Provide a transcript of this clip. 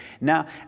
Now